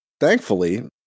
Thankfully